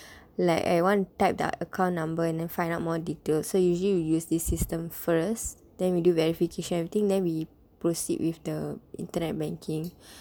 like I want type the account number and then find out more details so usually we use this system first then we do verification everything then we proceed with the internet banking